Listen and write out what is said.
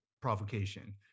provocation